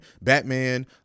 batman